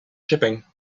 shipping